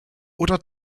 oder